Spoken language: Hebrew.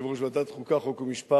יושב-ראש ועדת החוקה, חוק ומשפט